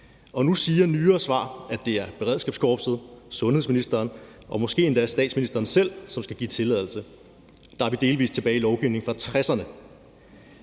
Nu siger nyere svar, at det er beredskabskorpset, sundhedsministeren og måske endda statsministeren selv, som skal give tilladelse. Her er vi delvis tilbage i lovgivning fra 60'erne.